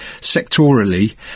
Sectorally